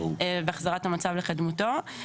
והחזרת המצב לקדמותו.